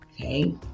okay